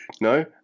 no